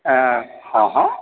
आयँ हँ हँ